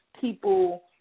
people